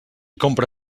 compra